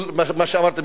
כפי שאמרתי,